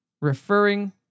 referring